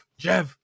Jev